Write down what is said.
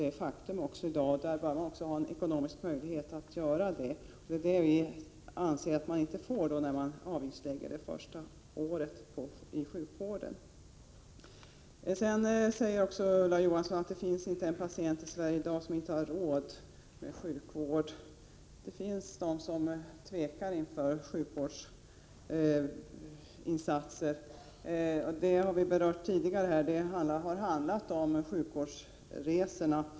Därför bör det också finnas ekonomiska möjligheter härvidlag, men enligt vår mening blir det omöjligt att klara situationen, om man avgiftsbelägger sjukvårdens första år. Ulla Johansson sade att det i dag inte finns en patient i Sverige som inte har råd med sjukvård. Men de finns de som tvekar inför sjukvårdsinsatser, vilket har berörts tidigare. Det har bl.a. gällt sjukvårdsresorna.